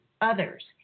others